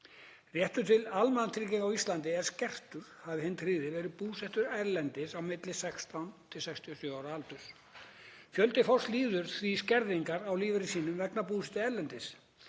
Réttur til almannatrygginga á Íslandi er skertur hafi hinn tryggði verið búsettur erlendis á milli 16 og 67 ára aldurs. Fjöldi fólks líður því skerðingar á lífeyri sínum vegna búsetu erlendis.